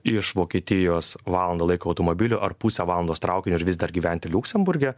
iš vokietijos valandą laiko automobiliu ar puse valandos traukiniu ir vis dar gyventi liuksemburge